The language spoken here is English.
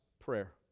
prayer